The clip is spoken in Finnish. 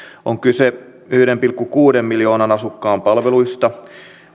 on kyse yhden pilkku kuuden miljoonan asukkaan palveluista